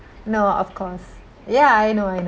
no of course ya I know I know